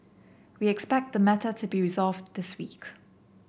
we expect the matter to be resolved this week